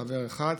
חבר אחד,